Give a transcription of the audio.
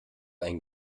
ein